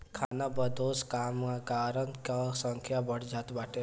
खानाबदोश कामगारन कअ संख्या बढ़त जात बाटे